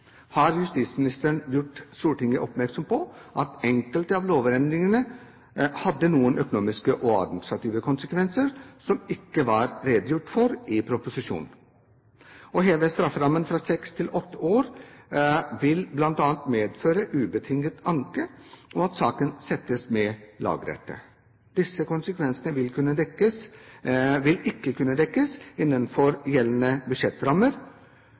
har justisministeren gjort Stortinget oppmerksom på at enkelte av lovendringene hadde noen økonomiske og administrative konsekvenser som det ikke var redegjort for i proposisjonen. Å heve strafferammen fra seks til åtte år vil bl.a. medføre ubetinget anke og at saken settes med lagrette. Disse konsekvensene vil ikke kunne dekkes innenfor gjeldende budsjettrammer.